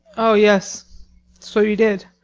oh, yes so you did.